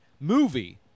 movie